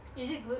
is it good